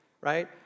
right